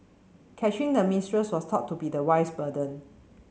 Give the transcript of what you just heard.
catching the mistress was thought to be the wife's burden